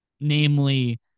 Namely